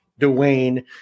Dwayne